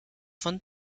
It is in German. von